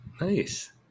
Nice